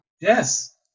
Yes